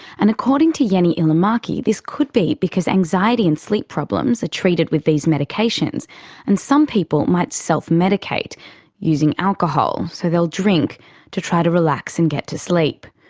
and, according to jenni ilomaki, this could be because anxiety and sleep problems are treated with these medications and some people might self-medicate using alcohol, so they will drink to try to relax and get to sleep.